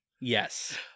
Yes